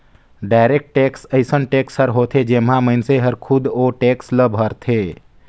direct tax अइसन tax हर होथे जेम्हां मइनसे हर खुदे ओ टेक्स ल भरथे